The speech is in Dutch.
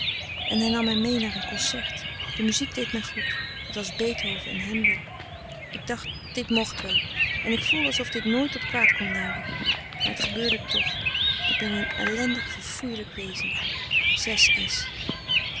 en hij nam mij mee naar een concert de muziek deed mij goed het was beethoven en händel ik dacht dit mocht wel en ik voelde alsof dit nooit tot kwaad kon leiden maar het gebeurde toch ik ben een ellendig verfoeielijk wezen